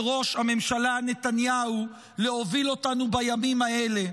ראש הממשלה נתניהו להוביל אותנו בימים האלה.